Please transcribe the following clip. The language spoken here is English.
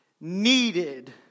needed